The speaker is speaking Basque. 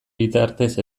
bitartez